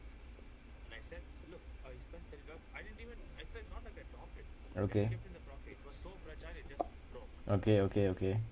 okay okay okay okay